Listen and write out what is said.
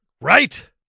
Right